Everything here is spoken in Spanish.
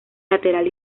lateral